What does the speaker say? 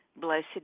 Blessed